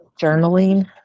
journaling